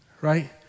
Right